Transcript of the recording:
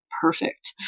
perfect